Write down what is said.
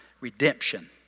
redemption